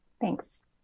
Thanks